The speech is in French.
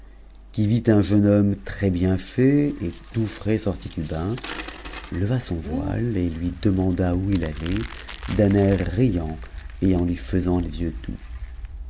qui vit un jeune homme très-bien fait et tout frais sorti du leva son voile et lui demanda où il allait d'un air riant et en m nt les yeux